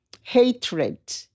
hatred